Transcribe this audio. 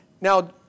Now